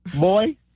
boy